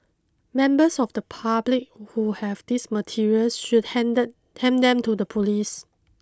members of the public who have these materials should handed hand them to the police